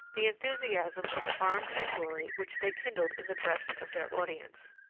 the enthusiasm of arms and glory which they kindled in the breast of their audience.